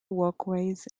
walkways